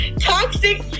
Toxic